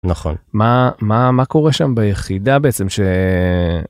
נכון מה מה מה קורה שם ביחידה בעצם ש...